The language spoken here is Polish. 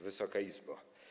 Wysoka Izbo!